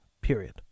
period